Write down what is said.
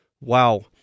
wow